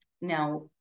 now